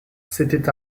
c’était